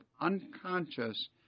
unconscious